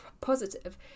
positive